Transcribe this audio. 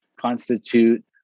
constitute